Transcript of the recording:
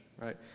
right